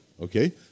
okay